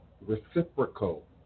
reciprocal